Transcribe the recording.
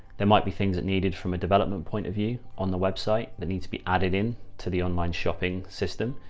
there might be things that needed from a development point of view on the website that needs to be added in to the online shopping system.